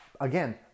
again